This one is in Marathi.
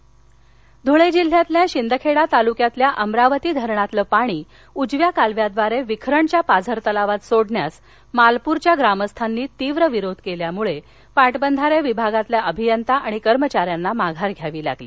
धरण पाणी ध्ळे ध्रळे जिल्ह्यातील शिंदखेडा तालुक्यातील अमरावती धरणातील पाणी उजव्या कालव्याद्वारे विखरणच्या पाझर तलावात सोडण्यास मालपूर येथील ग्रामस्थांनी तीव्र विरोध केल्यामुळं पाटबंधारे विभागातील अभियंता आणि कर्मचाऱ्यांना माघार घ्यावी लागली